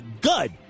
good